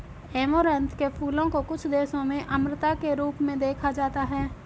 amaranth के फूलों को कुछ देशों में अमरता के रूप में देखा जाता है